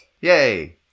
Yay